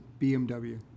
BMW